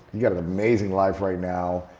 you've got an amazing life right now.